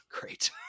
great